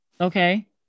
Okay